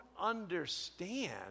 understand